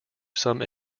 some